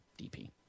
DP